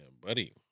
buddy